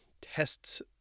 tests